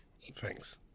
thanks